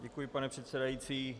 Děkuji, pane předsedající.